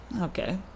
Okay